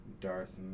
Darth